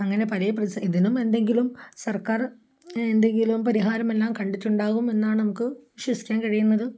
അങ്ങനെ പല ഇതിനും എന്തെങ്കിലും സർക്കാർ എന്തെങ്കിലും പരിഹാരമെല്ലാം കണ്ടിട്ടുണ്ടാകുമെന്നാണ് നമുക്ക് വിശ്വസിക്കാൻ കഴിയുന്നത്